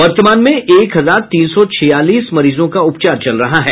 वर्तमान में एक हजार तीन सौ छियालीस मरीजों का उपचार चल रहा है